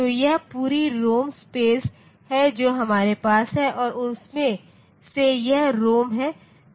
तो यह पूरी रोम स्पेस है जो हमारे पास है और उसमें से यह रोम है